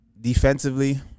Defensively